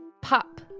pop